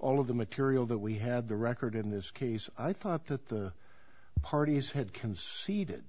all of the material that we had the record in this case i thought that the parties had conce